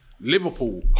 Liverpool